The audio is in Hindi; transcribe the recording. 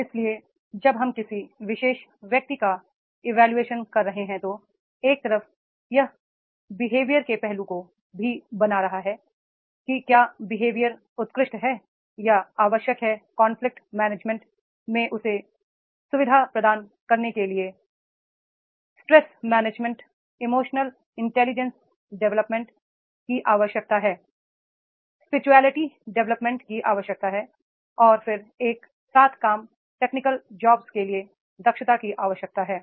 इसलिए जब हम किसी विशेष व्यक्ति का इवोल्यूशन कर रहे हैं तो एक तरफ यह बिहेवियर के पहलू को भी बना रहा है कि क्या बिहेवियर उत्कृष्ट है या आवश्यक है कनफ्लिक्ट मैनेजमेंट में उसे सुविधा प्रदान करने के लिये stress management emotional intelligence development की आवश्यकता है स्पिरिचुअलिटी डेवलपमेंट की आवश्यकता है और फिर एक साथ काम टेक्निकल जॉब्स के लिये दक्षता की आवश्यकता है